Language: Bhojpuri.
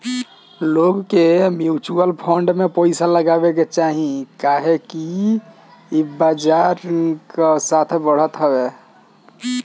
लोग के मिचुअल फंड में पइसा लगावे के चाही काहे से कि ई बजार कअ साथे बढ़त हवे